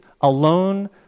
alone